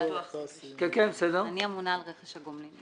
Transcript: אני אמונה על רכש הגומלין.